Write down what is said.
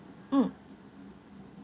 mm